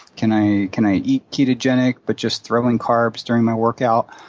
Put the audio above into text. can i can i eat ketogenic but just throw in carbs during my workout?